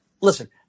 listen